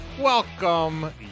welcome